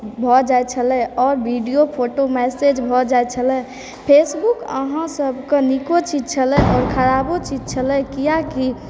भऽ जाइ छलय आओर वीडियो फोटो मैसेज भऽ जाय छलय फेसबुक अहाँसभके नीको चीज छलय आओर खराबो चीज छलय किआकि